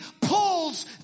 pulls